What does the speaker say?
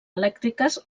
elèctriques